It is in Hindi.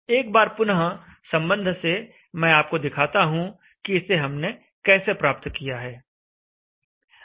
एक बार पुनः संबंध से मैं आपको दिखाता हूं कि इसे हमने कैसे प्राप्त किया है